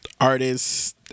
artists